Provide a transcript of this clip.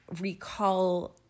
recall